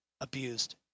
abused